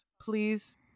please